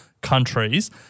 countries